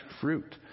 fruit